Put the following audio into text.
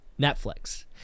Netflix